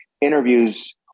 interviews